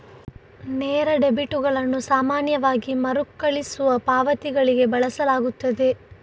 ನೇರ ಡೆಬಿಟುಗಳನ್ನು ಸಾಮಾನ್ಯವಾಗಿ ಮರುಕಳಿಸುವ ಪಾವತಿಗಳಿಗೆ ಬಳಸಲಾಗುತ್ತದೆ